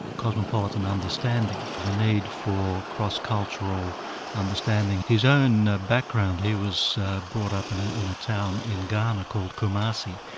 ah cosmopolitan understanding, the need for cross-cultural understanding. his own background, he was brought up in ah in a town in ghana called kumasi,